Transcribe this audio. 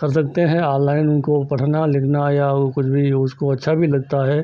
कर सकते हैं ऑनलाइन उनको पढ़ना लिखना या और कुछ भी उनको अच्छा भी लगता है